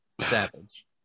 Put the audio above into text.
Savage